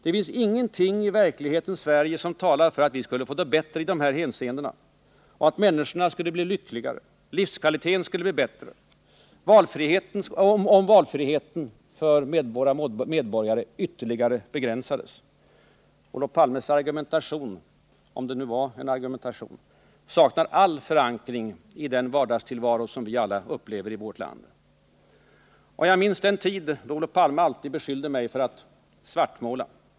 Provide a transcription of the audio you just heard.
Det finns ingenting i verklighetens Sverige som talar för att vi skulle få det bättre i de här hänseendena, att människorna skulle bli lyckligare och att livskvaliteten skulle bli bättre om valfriheten för våra medborgare ytterligare begränsades. Olof Palmes argumentation — om det nu var en argumentation — saknar all förankring i den vardagstillvaro som vi alla upplever i vårt land. Jag minns den tid då Olof Palme alltid beskyllde mig för att svartmåla.